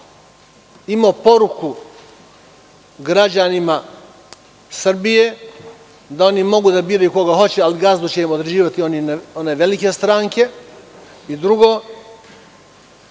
imao poruku građanima Srbije da mogu da biraju koga hoće, ali gazdu će im odrediti velike stranke. Drugo,